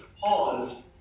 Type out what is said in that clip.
pause